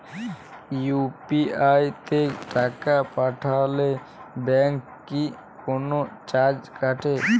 UPI তে টাকা পাঠালে ব্যাংক কি কোনো চার্জ কাটে?